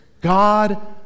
God